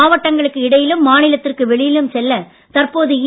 மாவட்டங்களுக்கு இடையிலும் மாநிலத்திற்கு வெளியிலும் செல்ல தற்போது இ